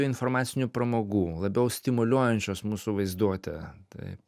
informacinių pramogų labiau stimuliuojančios mūsų vaizduotę taip